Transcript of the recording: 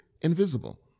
invisible